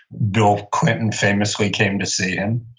bill clinton famously came to see him.